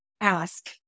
ask